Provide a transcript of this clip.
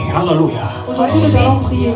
Hallelujah